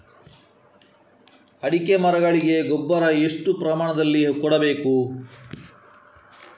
ಅಡಿಕೆ ಮರಗಳಿಗೆ ಗೊಬ್ಬರ ಎಷ್ಟು ಪ್ರಮಾಣದಲ್ಲಿ ಕೊಡಬೇಕು?